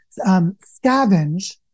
scavenge